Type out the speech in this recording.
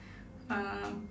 um